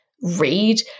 read